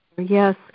Yes